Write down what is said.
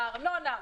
מה הארנונה,